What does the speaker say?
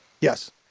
Yes